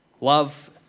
Love